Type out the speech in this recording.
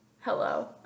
Hello